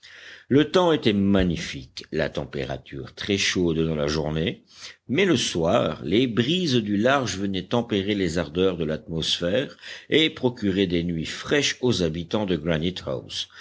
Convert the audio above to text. le temps était magnifique la température très chaude dans la journée mais le soir les brises du large venaient tempérer les ardeurs de l'atmosphère et procuraient des nuits fraîches aux habitants de